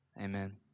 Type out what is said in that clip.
Amen